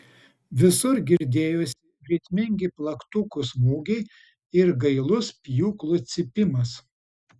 visur girdėjosi ritmingi plaktukų smūgiai ir gailus pjūklų cypimas